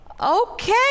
okay